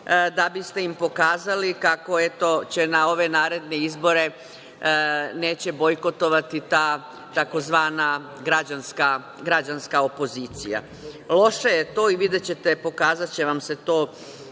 da biste im pokazali kako na ove naredne izbore neće bojkotovati ta tzv. „građanska opozicija“. Loše je to i videćete, pokazaće vam se to